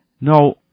No